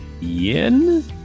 yen